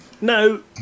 no